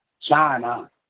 China